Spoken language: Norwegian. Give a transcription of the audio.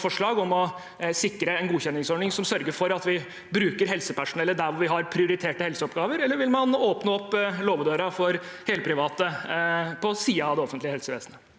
forslag om å sikre en godkjenningsordning som sørger for at vi bruker helsepersonellet der hvor vi har prioriterte helseoppgaver, eller vil man åpne opp låvedøren for helprivate på siden av det offentlige helsevesenet?